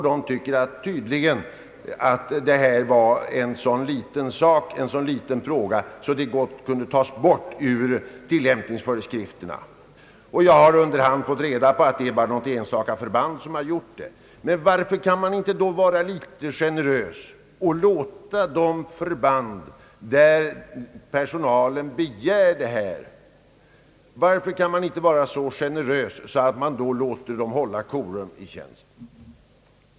Detta ansågs tydligen vara en så liten fråga att den gott kunde tagas bort ur tillämpningsföreskrifterna. Jag har under hand fått reda på att det bara är något enstaka förband som har begärt att få hålla korum i tjänsten. Men varför kan man då inte vara litet generös och låta de förband, där personalen så begär, få hålla detta korum?